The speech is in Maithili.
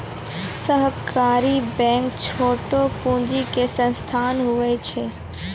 सहकारी बैंक छोटो पूंजी के संस्थान होय छै